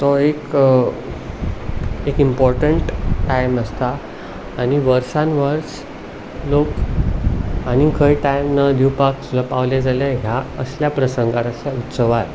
तो एक एक इंपोर्टंट टायम आसता आनी वर्सान वर्स लोक आनी खंय टायम ना दिवपाक सुद्दां पावले जाल्यार ह्या असल्या प्रसंगार असल्या उत्सवार